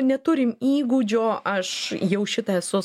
neturim įgūdžio aš jau šitą esu